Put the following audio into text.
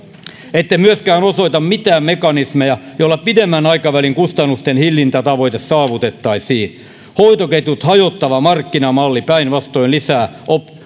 ette myöskään osoita mitään mekanismeja joilla pidemmän aikavälin kustannustenhillintätavoite saavutettaisiin hoitoketjut hajottava markkinamalli päinvastoin lisää